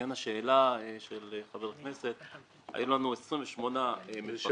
לעניין השאלה של חבר הכנסת, היו לנו 28 מפקחים.